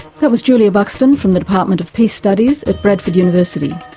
that was julia buxton from the department of peace studies at bradford university.